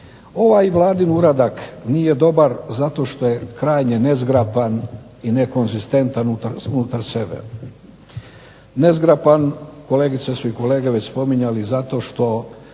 ovaj Vladin uradak nije dobar zato što je krajnje nezgrapan i nekonzistentan unutar sebe. Nezgrapan, kolegice su i kolege već spominjali zato što